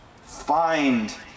Find